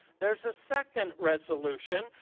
there's a second resolution.